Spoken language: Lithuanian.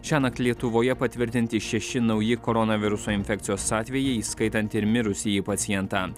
šiąnakt lietuvoje patvirtinti šeši nauji koronaviruso infekcijos atvejai įskaitant ir mirusįjį pacientą